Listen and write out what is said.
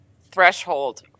threshold –